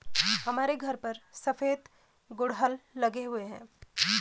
हमारे घर पर सफेद गुड़हल लगे हुए हैं